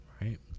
right